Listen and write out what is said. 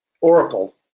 oracle